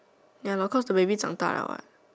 ya lor cause the baby 长大了 what